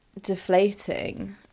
deflating